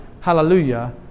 hallelujah